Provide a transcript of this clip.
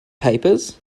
papers